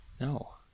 No